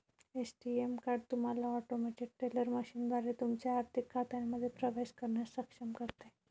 ATM card तुम्हाला automated teller मशीनद्वारे तुमच्या आर्थिक खात्यांमध्ये प्रवेश करण्यास सक्षम करते